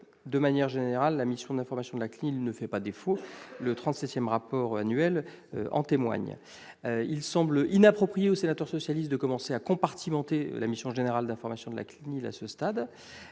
De manière générale, la mission d'information de la CNIL ne fait pas défaut, son trente-septième rapport annuel en témoigne. Il semble inapproprié aux sénateurs du groupe socialiste et républicain de commencer à compartimenter la mission générale d'information de la CNIL à ce stade.